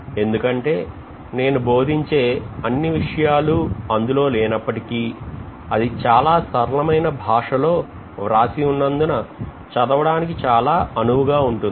ఎందుకంటే నేను బోధించే అన్ని విషయాలు అందులో లేనప్పటికీ అది చాలా సరళమైన భాషలో వ్రాసి ఉన్నందున చదవడానికి చాలా అనువుగా ఉంటుంది